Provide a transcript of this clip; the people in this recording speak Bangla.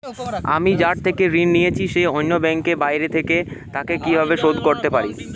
আমি যার থেকে ঋণ নিয়েছে সে অন্য ব্যাংকে ও বাইরে থাকে, তাকে কীভাবে শোধ করতে পারি?